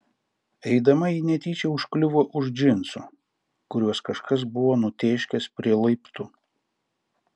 eidama ji netyčia užkliuvo už džinsų kuriuos kažkas buvo nutėškęs prie laiptų